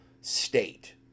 state